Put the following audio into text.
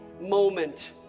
moment